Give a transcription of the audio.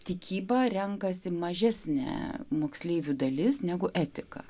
tikybą renkasi mažesne moksleivių dalis negu etiką